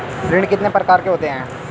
ऋण कितने प्रकार के होते हैं?